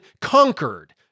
conquered